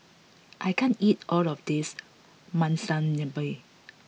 I can't eat all of this Monsunabe